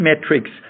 metrics